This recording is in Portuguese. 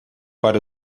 para